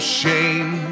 shame